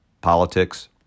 politics